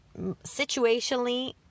situationally